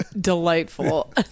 delightful